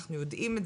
אנחנו יודעים את